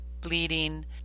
bleeding